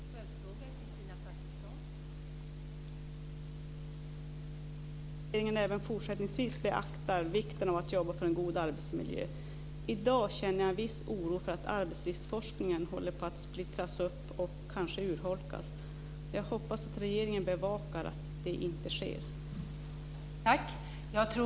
Fru talman! Jag tackar för svaret och hoppas att regeringen även fortsättningsvis beaktar vikten av att jobba för en god arbetsmiljö. I dag känner jag en viss oro för att arbetslivsforskningen håller på att splittras upp och kanske urholkas. Jag hoppas att regeringen bevakar att det inte sker.